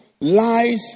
Lies